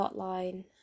hotline